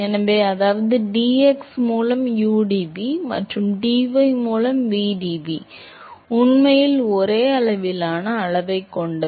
எனவே அதாவது dx மூலம் udv மற்றும் dy மூலம் vdv உண்மையில் ஒரே அளவிலான அளவைக் கொண்டவை